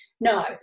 No